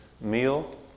meal